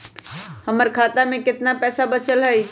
हमर खाता में केतना पैसा बचल हई?